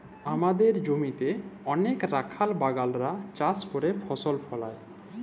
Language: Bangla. আমাদের জমিতে অলেক রাখাল বাগালরা চাষ ক্যইরে ফসল ফলায়